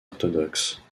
orthodoxe